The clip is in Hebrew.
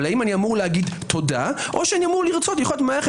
אבל האם אני אמור להגיד תודה או לרצות לחיות במערכת